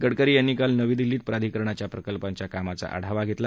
गडकरी यांनी काल नवी दिल्लीत प्राधिकरणाच्या प्रकल्पांच्या कामाचा आढावा घेतला